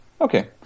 Okay